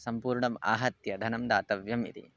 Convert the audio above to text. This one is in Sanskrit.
सम्पूर्णम् आहत्य धनं दातव्यम् इति